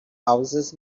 houses